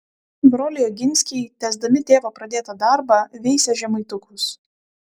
broliai oginskiai tęsdami tėvo pradėtą darbą veisė žemaitukus